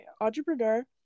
entrepreneur